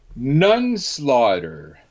Nunslaughter